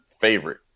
favorite